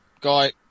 Guy